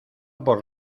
por